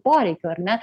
poreikių ar ne